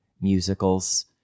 musicals